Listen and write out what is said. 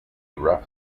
rough